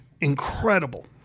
incredible